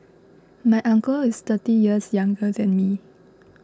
my uncle is thirty years younger than me